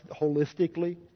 holistically